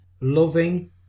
loving